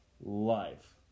life